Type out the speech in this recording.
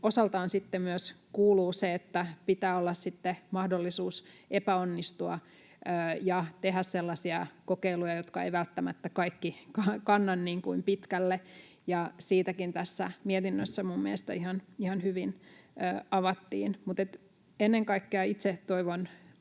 osaltaan kuuluu myös se, että pitää olla mahdollisuus epäonnistua ja tehdä sellaisia kokeiluja, joista kaikki eivät välttämättä kanna pitkälle. Sitäkin tässä mietinnössä minun mielestäni ihan hyvin avattiin. Ennen kaikkea itse toivon